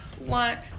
want